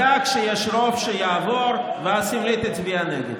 בדק שיש רוב שיעבור, ואז סמלית הצביע נגד.